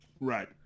Right